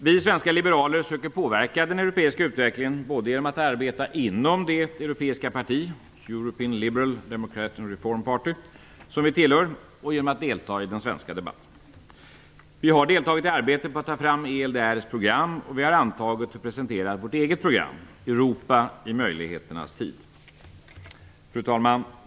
Vi svenska liberaler söker påverka den europeiska utvecklingen både genom att arbeta inom det europeiska parti - European Liberal Democrat and Reform Party - som vi tillhör och genom att delta i den svenska debatten. Vi har deltagit i arbetet på att ta fram ELDR:s program, och vi har antagit och presenterat vårt eget program, Europa i möjligheternas tid. Fru talman!